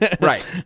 Right